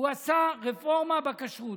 הוא עשה רפורמה בכשרות.